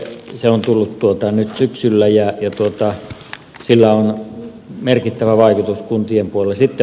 se on tullut nyt syksyllä ja sillä on merkittävä vaikutus kuntien puolella